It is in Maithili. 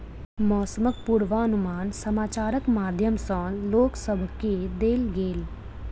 मौसमक पूर्वानुमान समाचारक माध्यम सॅ लोक सभ केँ देल गेल